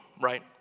right